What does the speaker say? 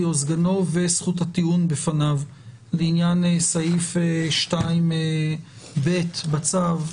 וסגנו וזכות הטיעון בפניו לעניין סעיף 2(ב) בצו,